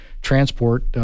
transport